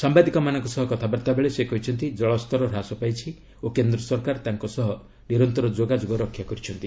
ସାମ୍ଭାଦିକମାନଙ୍କ ସହ କଥାବାର୍ତ୍ତା ବେଳେ ସେ କହିଛନ୍ତି ଜଳସ୍ତର ହ୍ରାସ ପାଇଛି ଓ କେନ୍ଦ୍ର ସରକାର ତାଙ୍କ ସହ ନିରନ୍ତର ଯୋଗାଯୋଗ ରକ୍ଷା କରିଛନ୍ତି